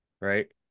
right